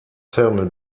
ferme